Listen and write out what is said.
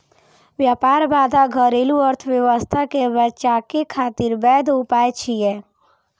व्यापार बाधा घरेलू अर्थव्यवस्था कें बचाबै खातिर वैध उपाय छियै